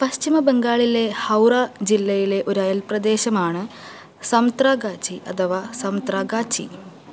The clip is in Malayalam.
പശ്ചിമ ബംഗാളിലെ ഹൌറ ജില്ലയിലെ ഒരു അയൽപ്രദേശമാണ് സംത്രാഗാചി അഥവാ സംത്രാഗാച്ചി